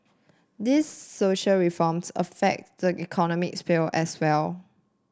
these social reforms affect the economic sphere as well